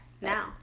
now